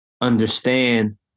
understand